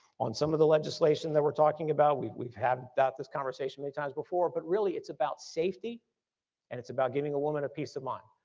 on some of the legislation that we're talking about, we've we've had that this conversation many times before, but really it's about safety and it's about giving a woman a peace of mind.